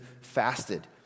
fasted